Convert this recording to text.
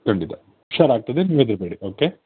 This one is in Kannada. ಖಂಡಿತ ಹುಷಾರು ಆಗ್ತದೆ ನೀವು ಹೆದರಬೇಡಿ ಓಕೆ